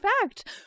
fact